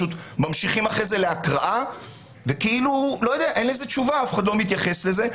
ממשיכים בהקראה וכאילו אין לזה תשובה ואף אחד לא מתייחס לזה.